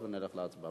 ויבואו עם לוח זמנים,